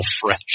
fresh